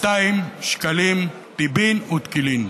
2,342 שקלים, טבין ותקילין.